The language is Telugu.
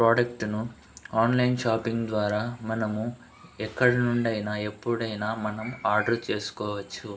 ప్రోడక్ట్ను ఆన్లైన్ షాపింగ్ ద్వారా మనము ఎక్కడి నుండి అయినా ఎప్పుడైనా మనం ఆర్డర్ చేసుకోవచ్చు